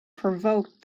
provoked